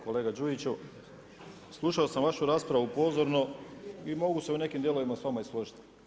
Kolega Đujiću, slušao sam vašu raspravu pozorno i mogu se u nekim dijelovima i s vama složiti.